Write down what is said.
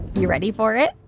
you ready for it?